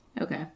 Okay